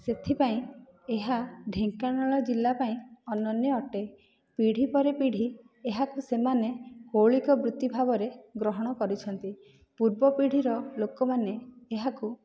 ସେଥିପାଇଁ ଏହା ଢେଙ୍କାନାଳ ଜିଲ୍ଲା ପାଇଁ ଅନନ୍ୟ ଅଟେ ପିଢ଼ି ପରେ ପିଢ଼ି ଏହାକୁ ସେମାନେ ମୌଳିକ ବୃତ୍ତି ଭାବରେ ଗ୍ରହଣ କରିଛନ୍ତି ପୂର୍ବ ପିଢ଼ିର ଲୋକମାନେ ଏହାକୁ